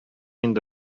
инде